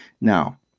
Now